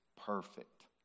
perfect